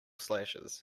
slashes